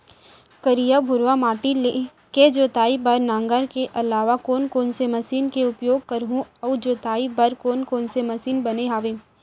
करिया, भुरवा माटी के जोताई बर नांगर के अलावा कोन कोन से मशीन के उपयोग करहुं अऊ जोताई बर कोन कोन से मशीन बने हावे?